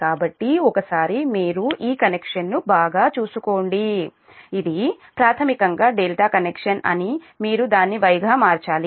కాబట్టి ఒకసారి మీరు ఈ కనెక్షన్ను బాగా చూసుకోండి ఇది ప్రాథమికంగా ∆ కనెక్షన్ అని మీరు దాన్ని Y గా మార్చాలి